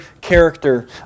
character